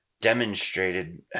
demonstrated